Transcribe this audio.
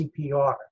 CPR